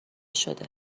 شده